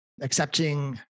accepting